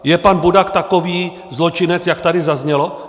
Je pan Budak takový zločinec, jak tady zaznělo?